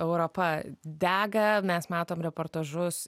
europa dega mes matome reportažus